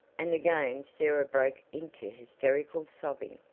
and again sarah broke into hysterical sobbing.